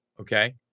okay